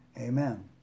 amen